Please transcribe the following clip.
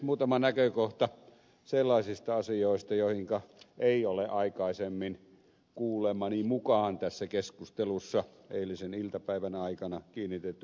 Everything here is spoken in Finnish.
muutama näkökohta sellaisista asioista joihinka ei ole aikaisemmin kuulemani mukaan tässä keskustelussa eilisen iltapäivän aikana kiinnitetty huomiota